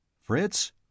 Fritz